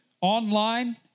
online